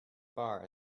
bar